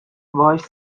باهاش